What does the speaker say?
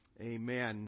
Amen